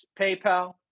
paypal